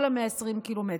כל 120 הקילומטר,